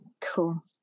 Cool